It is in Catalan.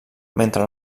mentre